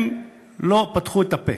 הם לא פתחו את הפה.